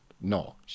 no